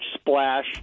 splash